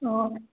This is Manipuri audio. ꯑꯥ